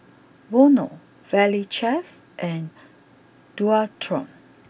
Vono Valley Chef and Dualtron